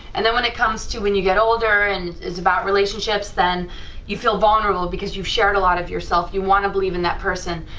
and then when it comes to when you get older, and is about relationships then you feel vulnerable, vulnerable, because you shared a lot of yourself, you want to believe in that person,